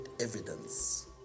evidence